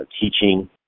teaching